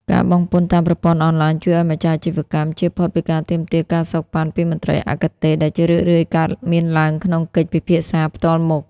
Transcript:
ការបង់ពន្ធតាមប្រព័ន្ធអនឡាញ ជួយឱ្យម្ចាស់អាជីវកម្មជៀសផុតពីការទាមទារ ការសូកប៉ាន់ ពីមន្ត្រីអគតិ ដែលជារឿយៗកើតមានឡើងក្នុងកិច្ចពិភាក្សាផ្ទាល់មុខ។